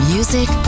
Music